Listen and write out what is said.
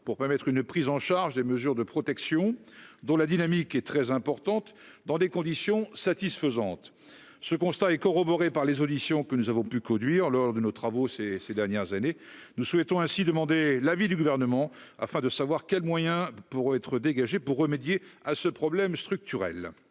pour permettre une prise en charge des mesures de protection dont la dynamique est très importante dans des conditions satisfaisantes, ce constat est corroborée par les auditions que nous avons pu conduire lors de nos travaux, ces ces dernières années, nous souhaitons ainsi demandé l'avis du gouvernement afin de savoir quels moyens pour être dégagée pour remédier à ce problème structurel.